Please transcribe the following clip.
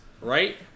right